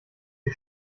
die